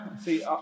See